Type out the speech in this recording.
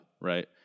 right